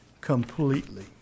completely